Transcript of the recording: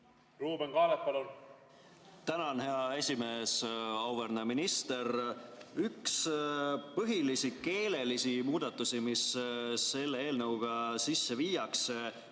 Ruuben Kaalep, palun! Tänan, hea esimees! Auväärne minister! Üks põhilisi keelelisi muudatusi, mis selle eelnõuga sisse viiakse,